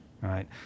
right